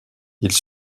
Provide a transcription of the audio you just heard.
ils